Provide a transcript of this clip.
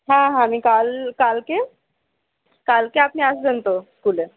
হ্যাঁ হ্যাঁ আমি কাল কালকে কালকে আপনি আসবেন তো স্কুলে